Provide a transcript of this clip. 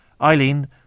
Eileen